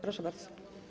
Proszę bardzo.